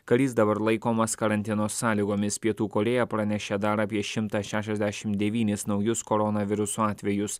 karys dabar laikomas karantino sąlygomis pietų korėja pranešė dar apie šimtą šešiasdešim devynis naujus koronaviruso atvejus